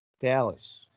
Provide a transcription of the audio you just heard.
Dallas